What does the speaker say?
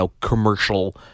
commercial